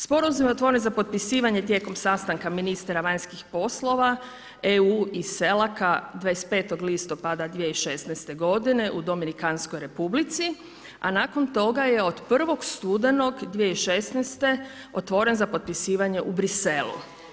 Sporazum je otvoren za potpisivanje tijekom sastanka ministara vanjskih poslova EU i CELAC-a 25. listopada 2016. godine u Dominikanskoj republici a nakon toga je od 1. studenog 2016. otvoren za potpisivanje u Briselu.